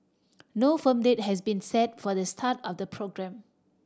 no firm date has been set for the start of the programme